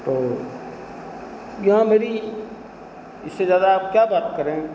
तो यहाँ मेरी इससे ज़्यादा आप क्या बात करें